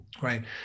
right